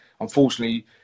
Unfortunately